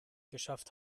geschafft